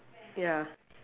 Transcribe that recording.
ya